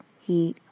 Heat